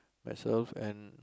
myself and